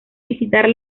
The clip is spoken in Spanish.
visitar